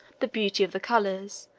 the beauty of the colors,